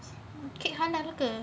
kick her never go